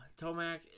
Tomac